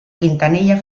quintanilla